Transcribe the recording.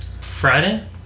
Friday